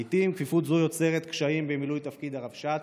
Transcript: לעיתים כפיפות זו יוצרת קשיים במילוי תפקיד הרבש"צ,